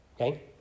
Okay